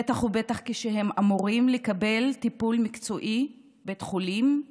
בטח ובטח כשהם אמורים לקבל טיפול מקצועי בבית חולים,